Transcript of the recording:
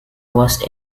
was